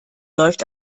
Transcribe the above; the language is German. läuft